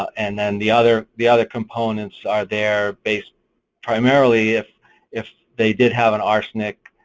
and then the other the other components are there based primarily if if they did have an arsenic